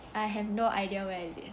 I have no idea where is it